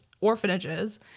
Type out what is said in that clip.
orphanages